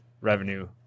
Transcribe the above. revenue